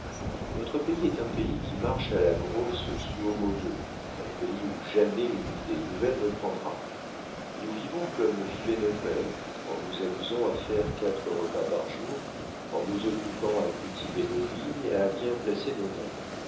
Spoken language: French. notre pays est un pays qui marche à la grosse suo modo un pays où jamais une idée nouvelle ne prendra nous vivons comme vivaient nos pères en nous amusant à faire quatre repas par jour en nous occupant à cultiver nos vignes et à bien placer nos vins